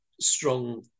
strong